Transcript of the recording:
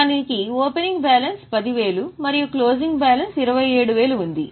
దానికి opening balance 10000 మరియు closing balance 27000 ఉంది